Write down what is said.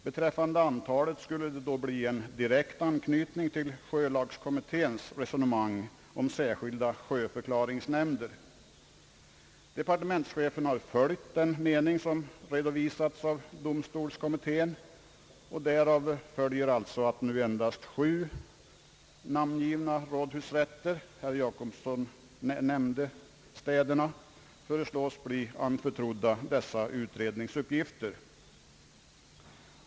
Beträffande antalet skulle det bli en direkt anknytning till sjölagskommitténs resonemang om särskilda sjöförklaringsnämnder. Departementschefen har följt den mening som redovisas av domstolskommittén, och därav följer alltså att nu endast sju namngivna rådhusrätter, herr Jacobsson nämnde städerna, föreslås bli anförtrodda dessa utredningsuppgifter.